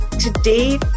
Today